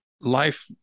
Life